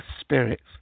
spirits